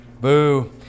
Boo